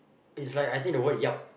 it's like I think the word yup